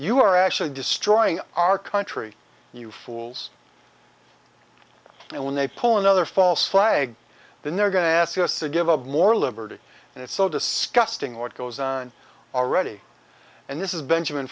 you are actually destroying our country and you fools and when they pull another false flag then they're going to ask us to give up more liberty and it's so disgusting what goes on already and this is benjamin